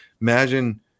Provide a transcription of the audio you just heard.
imagine –